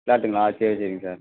ஃப்ளாட்டுங்களா சரி சரிங்க சார்